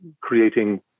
creating